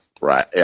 right